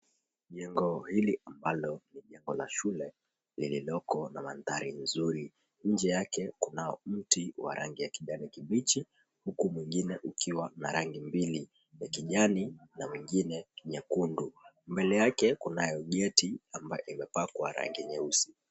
Jengo hili ambalo ni jengo la shule lililoko na maanthari nzuri. Nje yake kunao mti warangi ya kijani kibichi huku mwingine ukiwa na rangi mbili. Ya kijani na mwingine nyekundu. Mbele yake kunayo gate ambayo imepakwa rangi nyeusi.